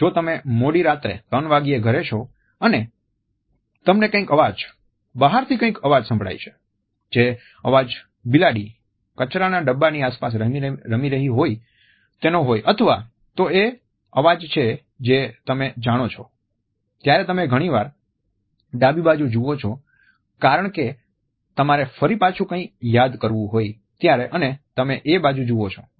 જો તમે મોડી રાત્રે ૩ વાગ્યે ઘરે છો અને તમને કંઈક અવાજ બહારથી કંઈક અવાજ સંભળાય છે જે અવાજ બિલાડી કચરાના ડબ્બાની આસપાસ રમી રહી હોય તેનો હોય અથવા તે એ અવાજ છે જે તમે જાણો છો ત્યારે તમે ઘણીવાર ડાબી બાજુ જુઓ છો કારણ કે આ તમારે ફરી પાછું કંઈ યાદ કરવું હોય ત્યારે તમે એ બાજુ જુવો છો